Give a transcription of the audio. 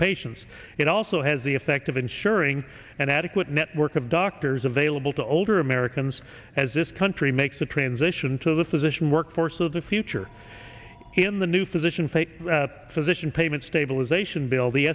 patients it also has the effect of ensuring an adequate network of doctors available to older americans as this country makes a transition to the physician workforce of the future in the new physician fake physician payment stabilization bill the